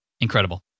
Incredible